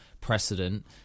precedent